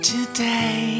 Today